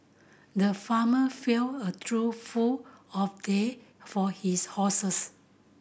the farmer filled a trough full of they for his horses